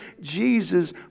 Jesus